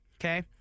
okay